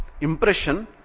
impression